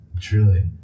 Truly